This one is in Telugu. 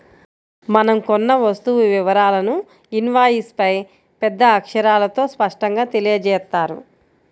మనం కొన్న వస్తువు వివరాలను ఇన్వాయిస్పై పెద్ద అక్షరాలతో స్పష్టంగా తెలియజేత్తారు